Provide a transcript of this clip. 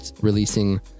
releasing